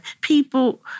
people